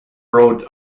wrote